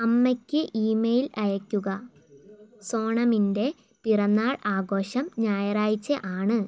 അമ്മയ്ക്ക് ഇമെയിൽ അയയ്ക്കുക സോണമിൻ്റെ പിറന്നാൾ ആഘോഷം ഞായറാഴ്ച ആണ്